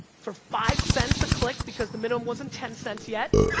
for five cents a click, because the minimum wasn't ten cents yet,